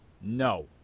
No